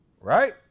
right